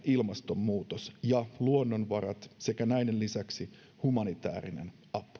ilmastonmuutos ja luonnonvarat sekä näiden lisäksi humanitäärinen apu